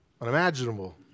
unimaginable